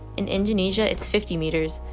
in indonesia it's fifty meters,